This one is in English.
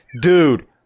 Dude